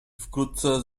wkrótce